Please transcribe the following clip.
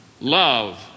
love